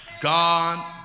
God